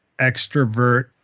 extrovert